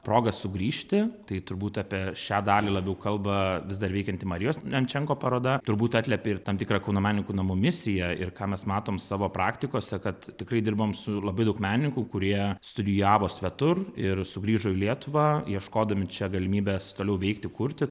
proga sugrįžti tai turbūt apie šią dalį labiau kalba vis dar veikianti marijos nenčenko paroda turbūt atliepia ir tam tikrą kauno menininkų namų misiją ir ką mes matom savo praktikose kad tikrai dirbam su labai daug menininkų kurie studijavo svetur ir sugrįžo į lietuvą ieškodami čia galimybės toliau veikti kurti